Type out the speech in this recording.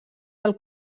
del